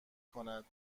کند